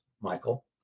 Michael